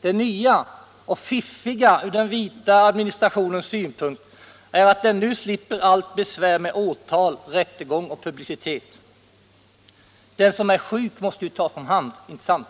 Det nya och fiffiga ur den vita administrationens synpunkt är att den nu slipper allt besvär med åtal, rättegång och publicitet. Den som är sjuk måste ju tas om hand, inte sant?